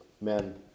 men